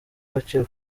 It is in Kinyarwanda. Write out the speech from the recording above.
agaciro